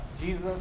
Jesus